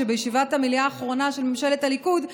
שבישיבת המליאה האחרונה של ממשלת הליכוד,